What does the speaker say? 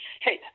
Hey